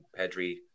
Pedri